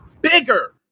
bigger